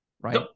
right